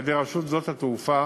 על-ידי רשות שדות התעופה